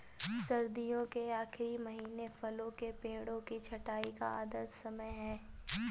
सर्दियों के आखिरी महीने फलों के पेड़ों की छंटाई का आदर्श समय है